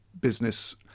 business